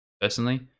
personally